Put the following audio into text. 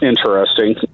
interesting